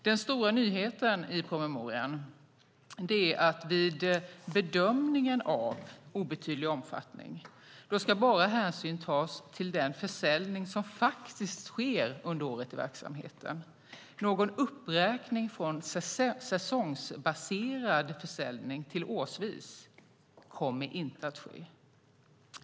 Den stora nyheten i promemorian är att vid bedömningen av obetydlig omfattning ska hänsyn bara tas till den försäljning som faktiskt sker under året i verksamheten. Någon uppräkning från säsongsbaserad till årsvis försäljning kommer inte att ske.